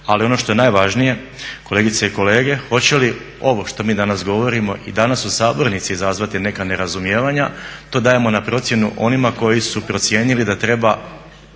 ali ono što je najvažnije kolegice i kolege hoće li ovo što mi danas govorimo i danas u sabornici izazvati neka nerazumijevanja to dajemo na procjenu onima koji su procijenili da treba